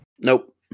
Nope